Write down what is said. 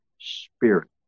Spirit